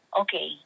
okay